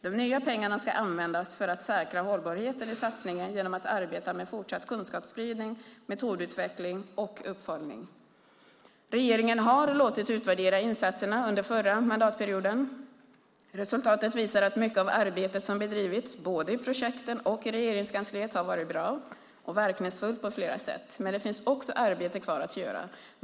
De nya pengarna ska användas för att säkra hållbarheten i satsningen genom att arbeta med fortsatt kunskapsspridning, metodutveckling och uppföljning. Regeringen har låtit utvärdera insatserna under förra mandatperioden. Resultaten visar att mycket av arbetet som bedrivits, både i projekten och i Regeringskansliet, har varit bra och verkningsfullt på flera sätt. Men det finns också arbete kvar att göra.